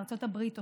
ארצות הברית,